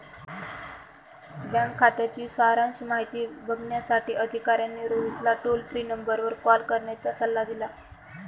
bank खात्याची सारांश माहिती बघण्यासाठी अधिकाऱ्याने रोहितला टोल फ्री नंबरवर कॉल करण्याचा सल्ला दिला